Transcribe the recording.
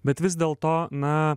bet vis dėl to na